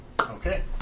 Okay